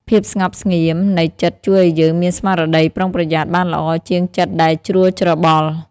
ភាពស្ងប់ស្ងៀមនៃចិត្តជួយឱ្យយើងមានស្មារតីប្រុងប្រយ័ត្នបានល្អជាងចិត្តដែលជ្រួលច្របល់។